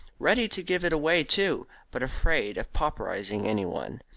ready to give it away, too, but afraid of pauperising any one.